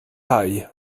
haj